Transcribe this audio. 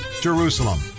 Jerusalem